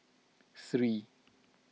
three